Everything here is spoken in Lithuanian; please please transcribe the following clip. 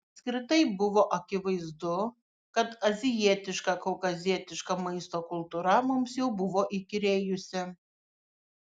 apskritai buvo akivaizdu kad azijietiška kaukazietiška maisto kultūra mums jau buvo įkyrėjusi